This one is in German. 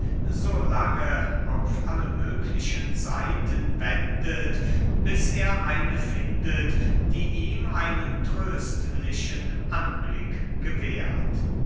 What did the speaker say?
so lange auf alle mögliche seiten wendet bis er eine findet die ihm einen tröstlichen anblick gewährt